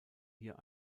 hier